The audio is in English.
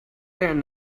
and